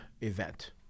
event